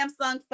Samsung